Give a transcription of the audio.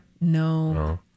No